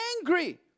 angry